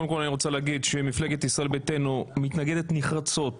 אני רוצה לומר שמפלגת ישראל ביתנו מתנגדת נחרצות